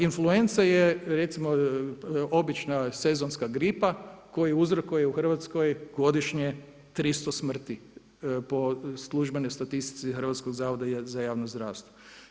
Influenca je recimo obična sezonska gripa koja uzrokuje u Hrvatskoj godišnje 300 smrti po službenoj statistici Hrvatskoga zavoda za javno zdravstvo.